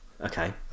Okay